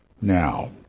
Now